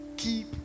Keep